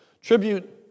Tribute